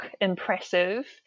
impressive